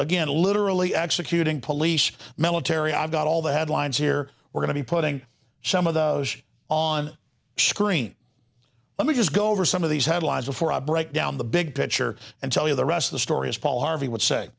again literally executing police military i've got all the headlines here we're going to be putting some of those on screen let me just go over some of these headlines before i break down the big picture and tell you the rest of the story as paul harvey would say